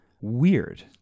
Weird